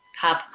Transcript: pop